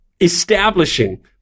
establishing